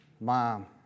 mom